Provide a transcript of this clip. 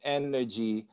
energy